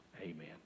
Amen